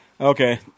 Okay